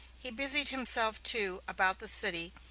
he busied himself, too, about the city,